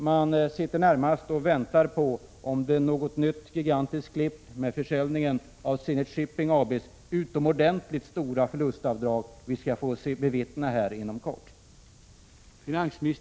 Man väntar närmast på om det är något nytt gigantiskt klipp i och med försäljningen av Zenit Shipping AB:s utomordentligt stora förlustavdrag som vi skall få bevittna här inom kort.